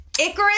Icarus